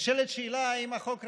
נשאלת השאלה האם החוק רלוונטי,